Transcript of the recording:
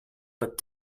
but